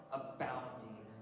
abounding